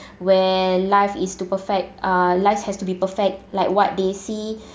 where life is to perfect uh life has to be perfect like what they see